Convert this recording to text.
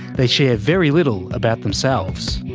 they share very little about themselves.